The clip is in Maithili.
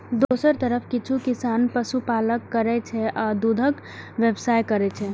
दोसर तरफ किछु किसान पशुपालन करै छै आ दूधक व्यवसाय करै छै